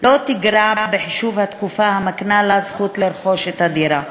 לא תיגרע בחישוב התקופה המקנה לה זכות לרכוש את הדירה.